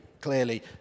clearly